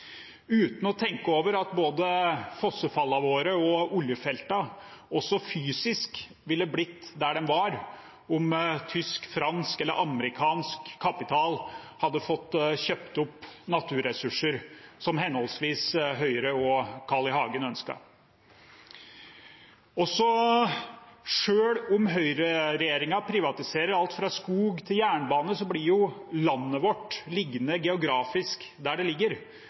uten å tenke over at både fossefallene våre og oljefeltene også fysisk ville blitt der de var, om tysk, fransk eller amerikansk kapital hadde fått kjøpt opp naturressurser, slik Høyre og Carl I. Hagen ønsket. Selv om høyreregjeringen privatiserer alt fra skog til jernbane, blir jo landet vårt geografisk liggende der det ligger,